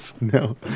No